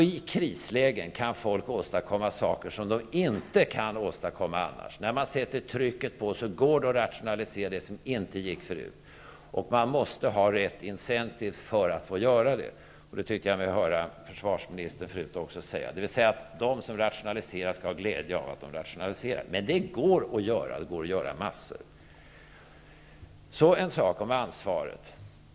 I krislägen kan folk nämligen åstadkomma saker som de inte kan åstadkomma annars. När man sätter trycket på, går det att rationalisera det som inte gick att rationalisera förut. Man måste ha rätt ''incentives'' för att få göra det. Det tyckte jag mig höra också försvarsministern säga förut, dvs. att de som rationaliserar skall ha glädje av det som de rationaliserar. Men det går att göra. Det går att göra massor. Jag vill sedan säga något om ansvaret.